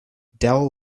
dell